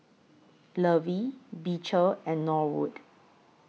Lovie Beecher and Norwood